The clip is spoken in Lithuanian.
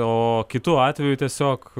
o kitu atveju tiesiog